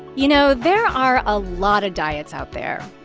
you know, there are a lot of diets out there,